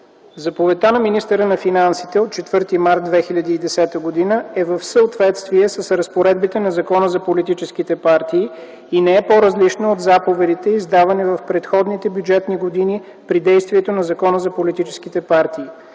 Заповедта на министъра на финансите от 4 март 2010 г. е в съответствие с разпоредбите на Закона за политическите партии и не е по-различна от заповедите, издавани в предходните бюджетни години при действието на Закона за политическите партии.